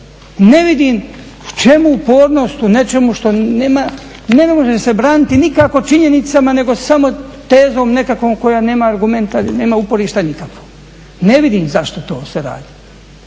Ne vidim u čemu upornost u nečemu što ne može se braniti nikako činjenicama nego samo tezom nekakvom koja nema argumenta, nema uporišta nikakvog. Ne vidim zašto to se radi.